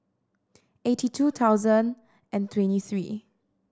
eighty two thousand and twenty three